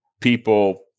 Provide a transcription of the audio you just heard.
People